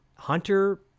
Hunter